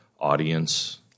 Audience